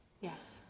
Yes